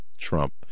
Trump